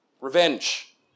revenge